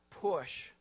push